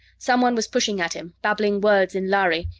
someone was pushing at him, babbling words in lhari,